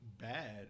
bad